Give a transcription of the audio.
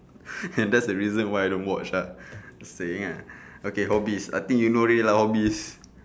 that's the reason why I don't watch ah saying uh okay hobbies I think you know already lah hobbies